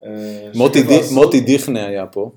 מוטי דיחנה היה פה